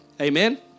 Amen